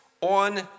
on